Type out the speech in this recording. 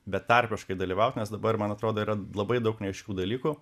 betarpiškai dalyvaut nes dabar man atrodo yra labai daug neaiškių dalykų